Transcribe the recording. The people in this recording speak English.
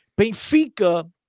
Benfica